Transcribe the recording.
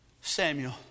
Samuel